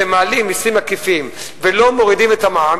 כשמעלים מסים עקיפים ולא מורידים את המע"מ,